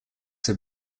have